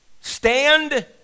stand